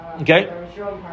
Okay